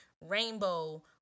Rainbow